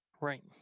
right